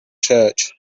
church